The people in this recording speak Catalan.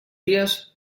dies